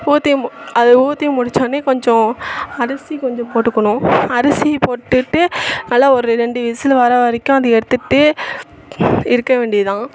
ஊற்றி மு அதை ஊற்றி முடிச்சோடன்னே கொஞ்சம் அரிசி கொஞ்சம் போட்டுக்கணும் அரிசியை போட்டுட்டு நல்லா ஒரு ரெண்டு விசிலு வர வரைக்கும் அதை எடுத்துட்டு இருக்க வேண்டியதுதான்